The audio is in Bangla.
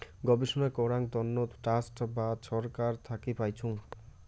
গবেষণা করাং তন্ন ট্রাস্ট বা ছরকার থাকি পাইচুঙ